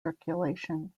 circulation